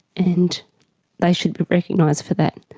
and they should be recognised for that,